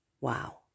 Wow